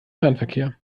fernverkehr